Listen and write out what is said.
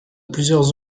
plusieurs